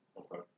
Okay